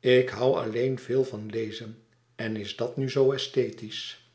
ik hoû alleen veel van lezen en is dat nu zoo esthetisch